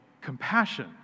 compassion